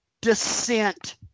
descent